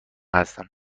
هستم